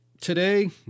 Today